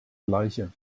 gleiche